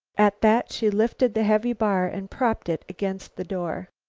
at that she lifted the heavy bar and propped it against the door.